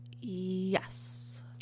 Yes